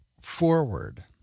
forward